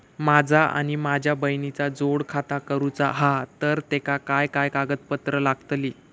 माझा आणि माझ्या बहिणीचा जोड खाता करूचा हा तर तेका काय काय कागदपत्र लागतली?